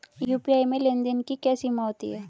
UPI में लेन देन की क्या सीमा होती है?